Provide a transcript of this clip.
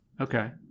okay